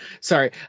sorry